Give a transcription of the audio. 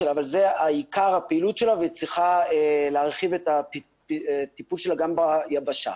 עיקר הפעילות שלה והיא צריכה להרחיב את הטיפול שלה גם ביבשה.